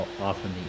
often